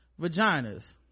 vaginas